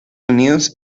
unidos